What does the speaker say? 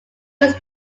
was